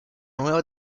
nueva